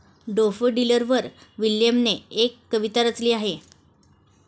डॅफोडिलवर विल्यमने एक कविता रचली आहे